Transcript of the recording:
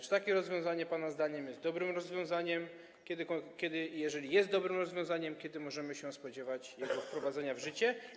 Czy takie rozwiązanie pana zdaniem jest dobrym rozwiązaniem, a jeżeli jest dobrym rozwiązaniem, to kiedy możemy się spodziewać jego wprowadzenia w życie?